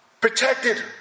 protected